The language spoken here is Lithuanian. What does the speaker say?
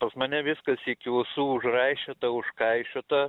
pas mane viskas iki ausų užraišiota užkaišiota